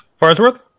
Farnsworth